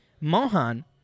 Mohan